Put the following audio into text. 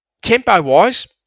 Tempo-wise